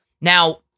Now